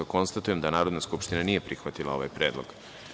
Konstatujem da Narodna skupština nije prihvatila ovaj Predlog.